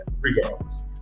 regardless